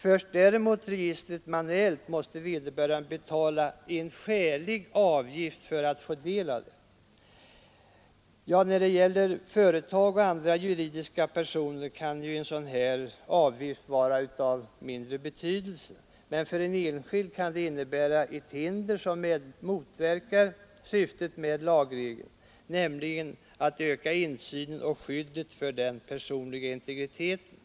Förs däremot registret manuellt, måste vederbörande betala en skälig avgift för att få del av det. När det gäller företag och andra juridiska personer kan en sådan avgift vara av mindre betydelse, men för en enskild kan det innebära ett hinder som motverkar syftet med lagregeln, nämligen att öka insynen och skyddet för den personliga integriteten.